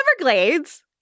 Everglades